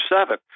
seven